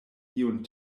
iun